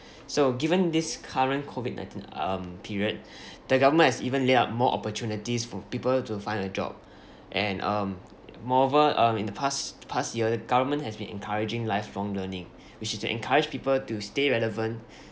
so given this current COVID nineteen um period the government has even laid out more opportunities for people to find a job and um moreover um in the past past year the government has been encouraging lifelong learning which is to encourage people to stay relevant